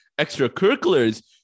extracurriculars